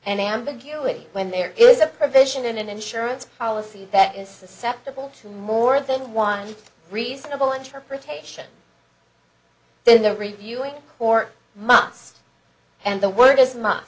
an ambiguity when there is a provision in an insurance policy that is susceptible to more than one reasonable interpretation then the reviewing or must and the word is